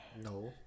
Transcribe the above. No